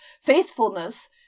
faithfulness